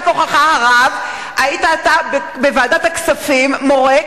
היית אתה בוועדת הכספים מורה,